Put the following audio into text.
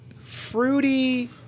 fruity